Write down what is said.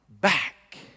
back